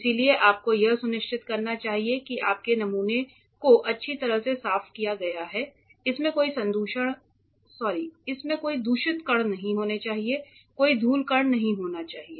इसलिए आपको यह सुनिश्चित करना चाहिए कि आपके नमूने को अच्छी तरह से साफ किया गया है इसमें कोई दूषित कण नहीं होना चाहिए कोई धूल कण नहीं होना चाहिए